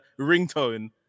ringtone